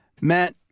Matt